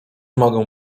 mogę